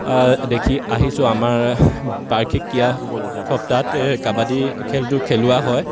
দেখি আহিছোঁ আমাৰ বাৰ্ষিক ক্ৰীড়া সপ্তাহত কাবাডী খেলটো খেলোৱা হয়